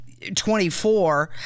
24